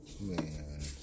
Man